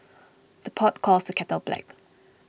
the pot calls the kettle black